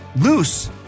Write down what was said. loose